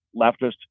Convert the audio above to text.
leftist